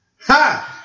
Ha